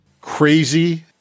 Crazy